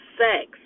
sex